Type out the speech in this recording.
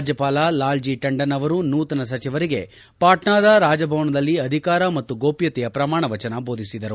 ರಾಜ್ಯಪಾಲ ಲಾಲ್ ಜಿ ಟಂಡನ್ ಅವರು ನೂತನ ಸಚಿವರಿಗೆ ಪಾಟ್ನಾದ ರಾಜಭವನದಲ್ಲಿ ಅಧಿಕಾರ ಮತ್ತು ಗೋಪ್ಗತೆಯ ಪ್ರಮಾಣ ವಚನ ಬೋಧಿಸಿದರು